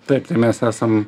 taip tai mes esam